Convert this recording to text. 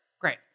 Great